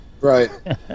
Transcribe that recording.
Right